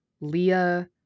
Leah